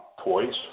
toys